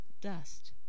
dust